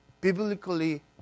biblically